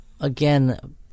Again